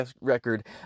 record